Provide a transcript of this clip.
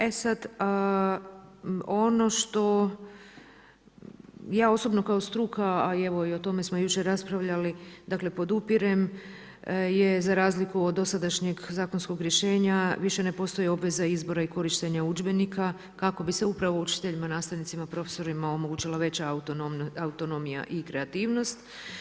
E sada, ono što ja osobno kao struka, a evo, o tome smo jučer raspravljali, dakle, podupirem je za razliku od dosadašnjeg zakonskog rješenja više ne postoji obveza izbora i korištenje udžbenika kako bi se upravo učenicima, nastavnicima, profesorima omogućila veća autonomija i kreativnost.